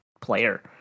player